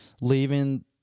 leaving